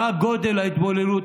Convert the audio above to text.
מה גודל ההתבוללות,